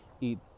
eat